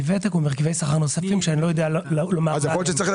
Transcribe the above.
מוותק וממרכיבי שכר נוספים שאני לא יודע לומר אותם.